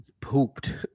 Pooped